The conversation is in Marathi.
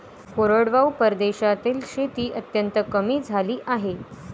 कोरडवाहू प्रदेशातील शेती अत्यंत कमी झाली आहे